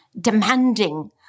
demanding